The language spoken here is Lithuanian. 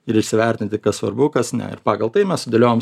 ir įsivertinti kas svarbu kas ne ir pagal tai mes sudėliojam